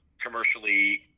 commercially